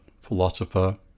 philosopher